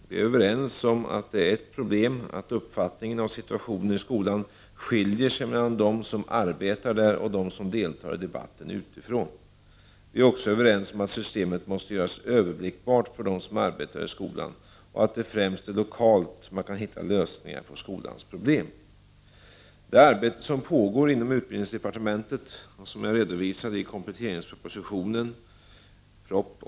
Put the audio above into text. Vi är överens om att det är ett problem att uppfattningen av situationen i skolan skiljer sig mellan dem som arbetar där och dem som deltar i debatten utifrån. Vi är också överens om att systemet måste göras överblickbart för dem som arbetar i skolan och att det främst är lokalt man kan hitta lösningar på skolans problem. Det arbete som pågår inom utbildningsdepartementet, och som jag redovisade i kompletteringspropositionen (prop. 1988/89:150 bil.